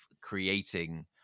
creating